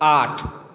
आठ